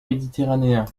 méditerranéen